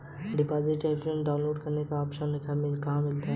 Deposit certificate download करने का option कहां मिलेगा?